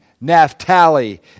Naphtali